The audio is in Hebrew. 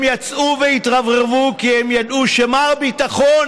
הם יצאו והתרברבו כי הם ידעו שמר ביטחון